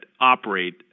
operate